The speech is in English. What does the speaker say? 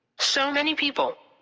so many people.